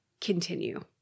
continue